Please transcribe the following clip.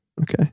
Okay